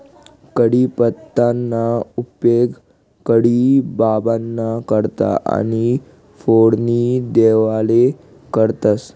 कढीपत्ताना उपेग कढी बाबांना करता आणि फोडणी देवाले करतंस